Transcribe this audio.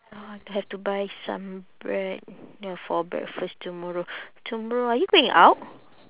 ya have to buy some bread ya for breakfast tomorrow tomorrow are you going out